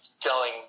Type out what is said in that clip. telling